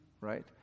Right